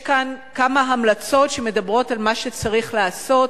יש כאן כמה המלצות שמדברות על מה שצריך לעשות,